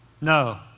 No